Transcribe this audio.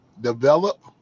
develop